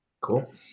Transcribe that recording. Cool